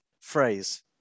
phrase